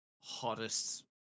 hottest